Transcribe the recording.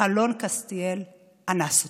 אלון קסטיאל אנס אותי.